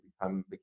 become